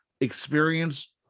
Experience